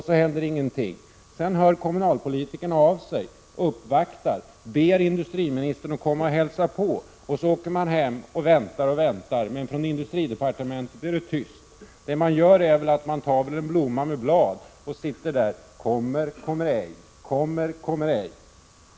Sedan hör kommunalpolitikerna av sig och uppvaktar industriministern och ber honom komma och hälsa på. Så åker man hem och väntar och väntar, men från industridepartementet är det tyst. Man tar väl en blomma och rycker av bladen: ”kommer, kommer ej”.